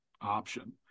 option